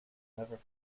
never